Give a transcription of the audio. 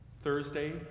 Thursday